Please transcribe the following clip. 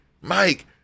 Mike